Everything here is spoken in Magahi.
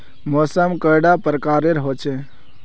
मौसम कैडा प्रकारेर होचे?